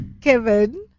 Kevin